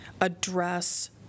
address